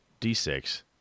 D6